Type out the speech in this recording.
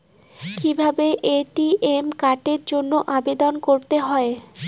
কিভাবে এ.টি.এম কার্ডের জন্য আবেদন করতে হয়?